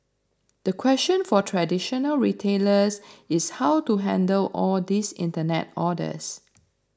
the question for traditional retailers is how to handle all these internet orders